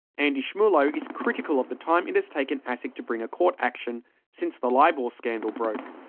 andy schmulow is critical of the time it has taken asic to bring a court action since the libor scandal broke.